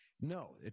No